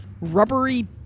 rubbery